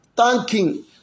thanking